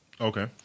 Okay